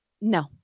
No